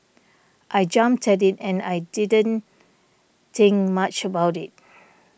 I jumped at it and I didn't think much about it